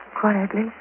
Quietly